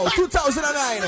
2009